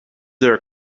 there